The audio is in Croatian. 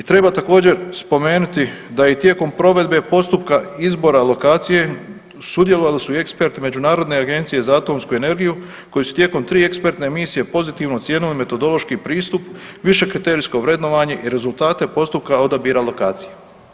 I treba također spomenuti da i tijekom provedbe postupka izbora lokacije sudjelovali su i eksperti Međunarodne agencije za atomsku energiju koji su tijekom tri ekspertne misije pozitivno ocijenili metodološki pristup, više kriterijsko vrednovanje i rezultate postupka odabira lokacije.